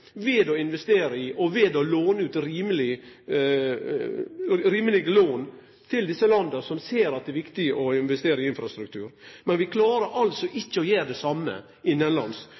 ved å investere og gi rimelege lån til desse landa som ser at det er viktig å investere i infrastruktur. Men vi klarer altså ikkje å gjere det same